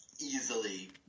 easily